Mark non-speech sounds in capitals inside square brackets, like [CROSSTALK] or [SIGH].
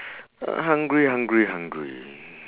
[NOISE] hungry hungry hungry